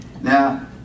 Now